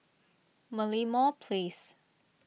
Merlimau Place